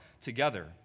together